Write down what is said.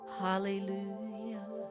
hallelujah